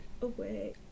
away